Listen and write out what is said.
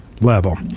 level